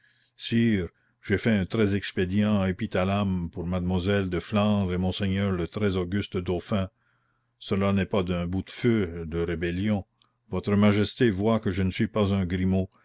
sire j'ai fait un très expédient épithalame pour madamoiselle de flandre et monseigneur le très auguste dauphin cela n'est pas d'un boute feu de rébellion votre majesté voit que je ne suis pas un grimaud